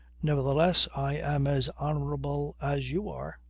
nevertheless i am as honourable as you are.